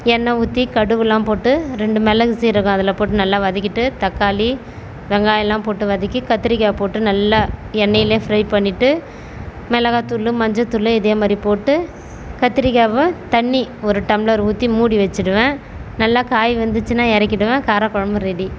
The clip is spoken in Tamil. எண்ணெய் ஊற்றி கடுகெலாம் போட்டு ரெண்டு மிளகு சீரகம் அதில் போட்டு நல்லா வதக்கிவிட்டு தக்காளி வெங்காயமெல்லாம் போட்டு வதக்கி கத்திரிக்காய் போட்டு நல்லா எண்ணெயில் ஃப்ரை பண்ணிவிட்டு மிளகா தூள் மஞ்சள் தூள் இதேமாதிரி போட்டு கத்திரிக்காயை தண்ணி ஒரு டம்ளர் ஊற்றி மூடி வச்சுருவேன் நல்லா காய் வெந்துச்சுன்னால் இறக்கிடுவேன் காரக்குழம்பு ரெடி